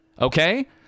okay